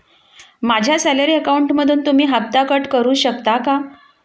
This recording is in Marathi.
माझ्या सॅलरी अकाउंटमधून तुम्ही हफ्ता कट करू शकता का?